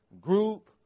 group